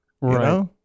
Right